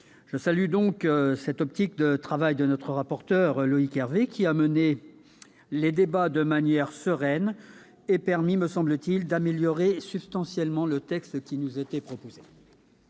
Je salue, dans cette optique, le travail de notre rapporteur, Loïc Hervé, qui a mené les débats de manière sereine et qui a permis d'améliorer substantiellement le texte qui nous était proposé.